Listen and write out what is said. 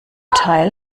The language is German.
teil